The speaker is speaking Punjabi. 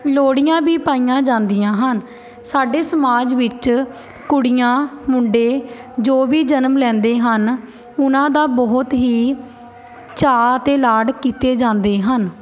ਲੋਹੜੀਆਂ ਵੀ ਪਾਈਆਂ ਜਾਂਦੀਆਂ ਹਨ ਸਾਡੇ ਸਮਾਜ ਵਿੱਚ ਕੁੜੀਆਂ ਮੁੰਡੇ ਜੋ ਵੀ ਜਨਮ ਲੈਂਦੇ ਹਨ ਉਹਨਾਂ ਦਾ ਬਹੁਤ ਹੀ ਚਾਅ ਅਤੇ ਲਾਡ ਕੀਤੇ ਜਾਂਦੇ ਹਨ